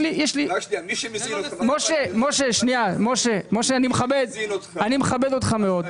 מי שמזין אותך --- משה, אני מכבד אותך מאוד.